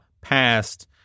passed